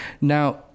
Now